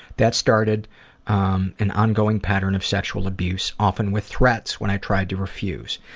that started um an ongoing pattern of sexual abuse often with threats when i tried to refuse.